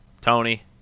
tony